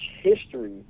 history